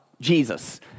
Jesus